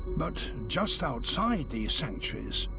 but just outside these sanctuaries,